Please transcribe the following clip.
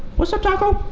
what's up taco,